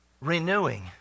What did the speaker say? renewing